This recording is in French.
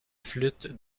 flûte